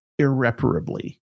irreparably